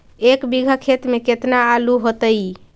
एक बिघा खेत में केतना आलू होतई?